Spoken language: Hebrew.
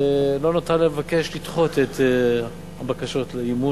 ולא נותר לי אלא לבקש לדחות את הבקשות לאי-אמון,